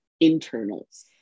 internals